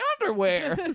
underwear